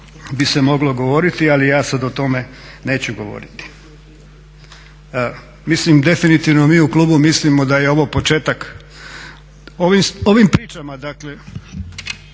bi se moglo govoriti ali ja sad o tome neću govoriti. Mislim definitivno mi u klubu mislimo da je ovo početak, ovim pričama